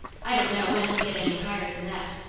i don't know when he'll get any higher than that.